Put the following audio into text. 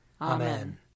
Amen